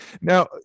Now